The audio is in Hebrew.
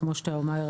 כמו שאתה אומר,